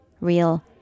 real